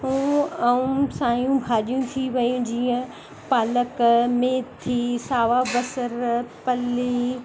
उहे ऐं सायूं भाॼियूं थी वियूं जीअं पालक मेथी सावा बसरि पली